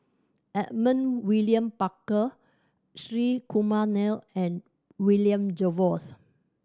Edmund William Barker Shri Kumar Nair and William Jervois